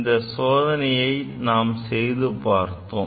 இந்த சோதனையை நாம் செய்து பார்த்தோம்